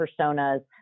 personas